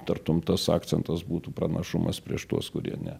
tartum tas akcentas būtų pranašumas prieš tuos kurie ne